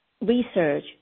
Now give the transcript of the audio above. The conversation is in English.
research